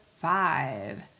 five